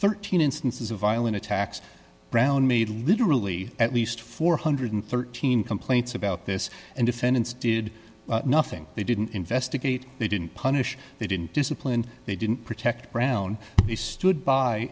thirteen instances of violent attacks brown made literally at least four hundred and thirteen dollars complaints about this and defendants did nothing they didn't investigate they didn't punish they didn't discipline they didn't protect brown he stood by